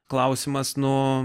klausimas nuo